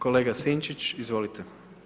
Kolega Sinčić, izvolite.